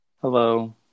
Hello